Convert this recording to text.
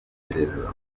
ibitekerezo